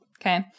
Okay